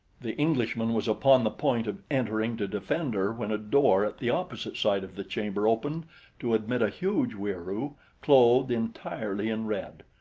the englishman was upon the point of entering to defend her when a door at the opposite side of the chamber opened to admit a huge wieroo clothed entirely in red.